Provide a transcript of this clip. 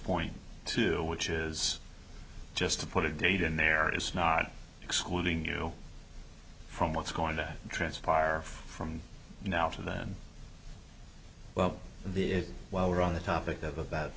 point to which is just to put a date in there is not excluding you from what's going to transpire from now to then well the while we're on the topic of about